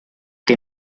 que